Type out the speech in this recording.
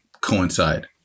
coincide